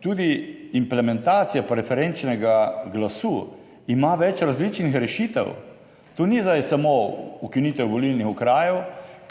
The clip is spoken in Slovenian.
Tudi implementacija preferenčnega glasu ima več različnih rešitev, to ni zdaj samo ukinitev volilnih okrajev.